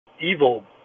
evil